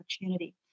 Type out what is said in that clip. opportunity